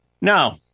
no